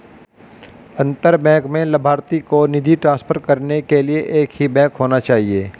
अंतर बैंक में लभार्थी को निधि ट्रांसफर करने के लिए एक ही बैंक होना चाहिए